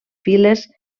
files